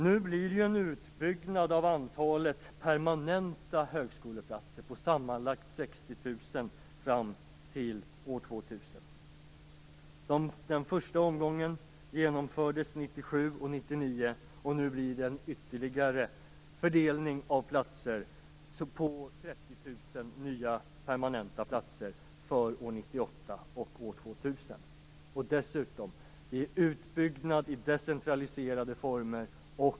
Nu blir det en utbyggnad av antalet permanenta högskoleplatser på sammanlagt Den första omgången genomförs 1997 och 1999. Nu blir det en ytterligare fördelning av platser. Det blir 30 000 nya permanenta platser för år 1998 och år 2000. Dessutom är det en utbyggnad i decentraliserade former.